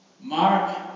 Mark